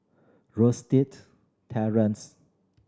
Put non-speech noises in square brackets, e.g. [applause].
[unintelligible] Terrance